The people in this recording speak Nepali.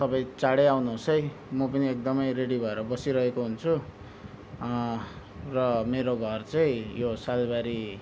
तपाईँ चाँडै आउनु होस् है म पनि एकदमै रेडी भएर बसिरहेको हुन्छु र मेरो घर चाहिँ यो सालबारी